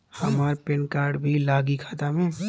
हमार PAN card भी लगी खाता में?